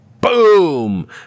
boom